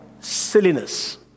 silliness